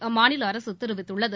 அம்மாநில அரசு தெரிவித்துள்ளது